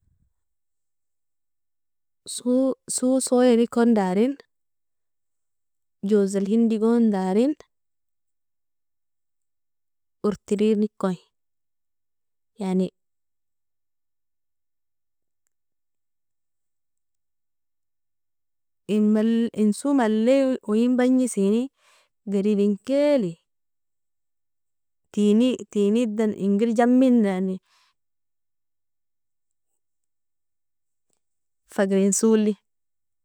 - swo soyanikon darin, joz alhindigon darin, urtirirniko yani in swo mali oeinbajniseni garibinkeli tinidan ingri jaminani fagrin swoli.